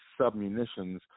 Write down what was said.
submunitions